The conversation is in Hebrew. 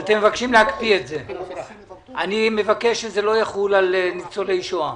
אני מבקש שזה לא יחול על ניצולי שואה.